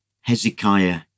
Hezekiah